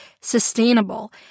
sustainable